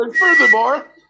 furthermore